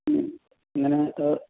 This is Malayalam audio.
ഉം അങ്ങനെ ആ